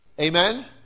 Amen